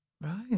Right